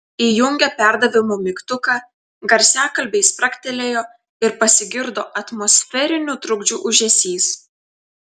įjungė perdavimo mygtuką garsiakalbiai spragtelėjo ir pasigirdo atmosferinių trukdžių ūžesys